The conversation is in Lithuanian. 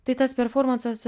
tai tas performansas